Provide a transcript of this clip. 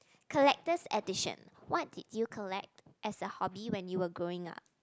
collected addition what did you collect as a hobby when you were growing up